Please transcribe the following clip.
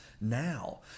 now